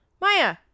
Maya